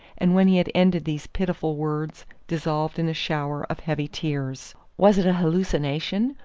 and when he had ended these pitiful words, dissolved in a shower of heavy tears. was it a hallucination?